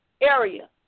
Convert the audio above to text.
area